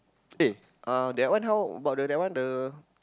eh uh that one how about the that one the